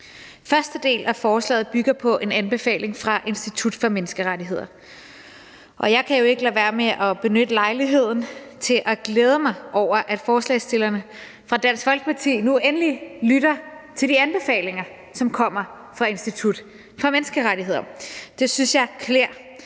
Første del af forslaget bygger på en anbefaling fra Institut for Menneskerettigheder, og jeg kan jo ikke lade være med at benytte lejligheden til at glæde mig over, at forslagsstillerne fra Dansk Folkeparti nu endelig lytter til de anbefalinger, som kommer fra Institut for Menneskerettigheder, og det synes jeg klæder